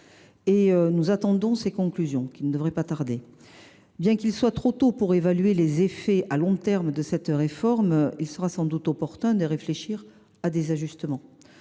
Nous attendons ses conclusions, qui ne devraient pas tarder. Bien qu’il soit trop tôt pour estimer les effets à long terme de cette réforme, il sera sans doute opportun de réfléchir à des ajustements.